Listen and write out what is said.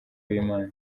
w’imana